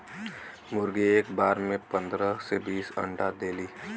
मुरगी एक बार में पन्दरह से बीस ठे अंडा देली